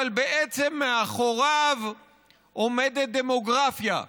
אבל בעצם מאחוריו עומדת דמוגרפיה.